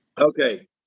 Okay